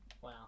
Wow